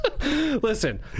listen